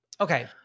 Okay